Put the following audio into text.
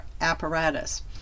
apparatus